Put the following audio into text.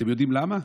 אתם יודעים למה?